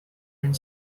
and